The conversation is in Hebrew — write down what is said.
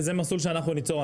זה מסלול שאנחנו ניצור.